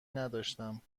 نداشتم